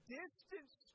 distance